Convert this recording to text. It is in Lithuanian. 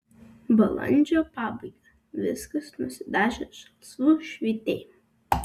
balandžio pabaiga viskas nusidažę žalsvu švytėjimu